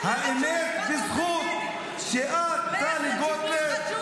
בזכות --- תומך טרור, לך לג'יבריל רג'וב.